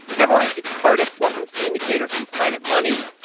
everyone. it's cardiff. welcome to the indicator from planet money.